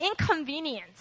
inconvenience